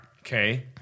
okay